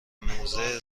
موضع